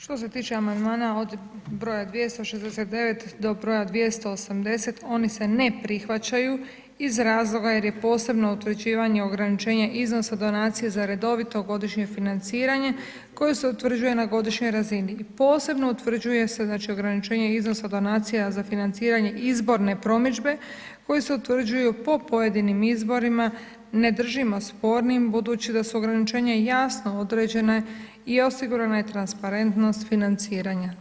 Što se tiče amandmana od br. 269. do br. 280. oni se ne prihvaćaju iz razloga jer je posebno utvrđivanje ograničenje iznosa donacije za redovito godišnje financiranje koje se utvrđuje na godišnjoj razini i posebno utvrđuje se, znači, ograničenje iznosa donacija za financiranje izborne promidžbe koje se utvrđuju po pojedinim izborima, ne držimo spornim budući da su ograničenja jasno određena i osigurana je transparentnost financiranja.